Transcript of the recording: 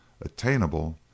attainable